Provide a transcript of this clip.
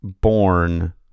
born